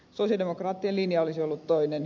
sosialidemokraattien linja olisi ollut toinen